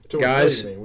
guys